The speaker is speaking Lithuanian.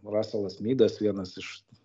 raselas midas vienas iš